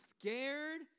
scared